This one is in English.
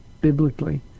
biblically